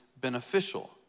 beneficial